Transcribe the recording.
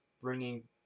bringing